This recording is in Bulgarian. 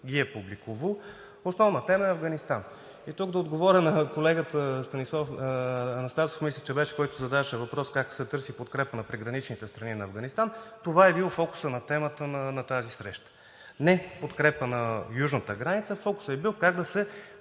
ги е публикувало, основна тема е Афганистан. И тук да отговоря на колегата Станислав Анастасов – мисля, че беше, който задаваше въпрос: как се търси подкрепа на приграничните страни на Афганистан? Това е бил фокусът на темата на тази среща. Не подкрепа на южната граница, а фокусът е бил как да се